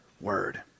word